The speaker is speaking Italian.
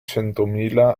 centomila